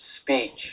speech